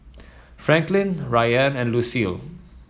Franklyn Ryann and Lucille